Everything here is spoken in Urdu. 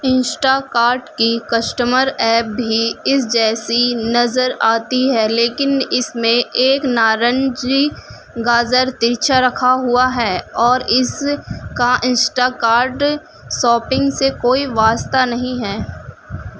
انسٹا کارٹ کی کسٹمر ایپ بھی اس جیسی نظر آتی ہے لیکن اس میں ایک نارنجی گاجر ترچھا رکھا ہوا ہے اور اس کا انسٹا کارٹ ساپنگ سے کوئی واسطہ نہیں ہے